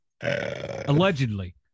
Allegedly